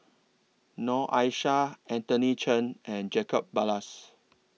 Noor Aishah Anthony Chen and Jacob Ballas